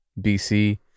BC